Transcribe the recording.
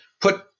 put